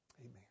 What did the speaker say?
Amen